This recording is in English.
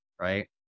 right